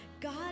God